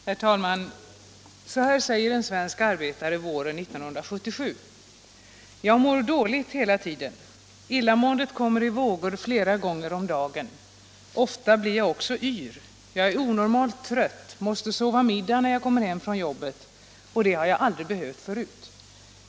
Herr talman! Så här säger en svensk arbetare våren 1977: ”Jag mår dåligt hela tiden. Illamåendet kommer i vågor flera gånger om dagen. Ofta blir jag också yr. Jag är onormalt trött — måste sova middag när jag kommer hem från jobbet och det har jag aldrig behövt förut.